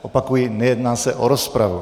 Opakuji, nejedná se o rozpravu.